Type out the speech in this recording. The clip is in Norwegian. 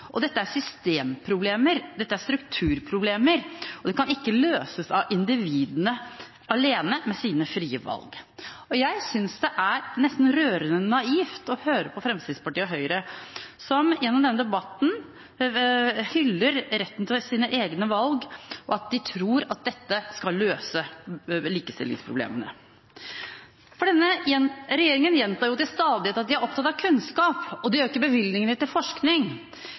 Dette er systemproblemer. Dette er strukturproblemer, og de kan ikke løses av individene alene med sine frie valg. Jeg synes det er nesten rørende naivt å høre på Fremskrittspartiet og Høyre som gjennom denne debatten hyller retten til å ta sine egne valg, og at de tror at dette skal løse likestillingsproblemene. Denne regjeringen gjentar jo til stadighet at de er opptatt av kunnskap, og de øker bevilgningene til forskning.